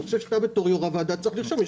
אני חושב שאתה כיושב ראש הוועדה צריך לשאול.